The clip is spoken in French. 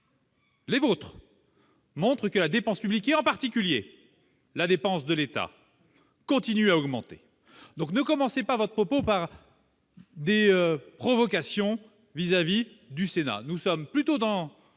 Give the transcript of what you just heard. les vôtres ! -montrent que la dépense publique, en particulier la dépense de l'État, continue d'augmenter ! Très peu ! Ne commencez pas votre propos par des provocations à l'encontre du Sénat. Nous sommes plutôt dans